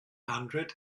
hundred